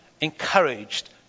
encouraged